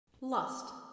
Lust